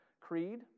creed